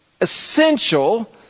essential